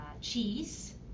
Cheese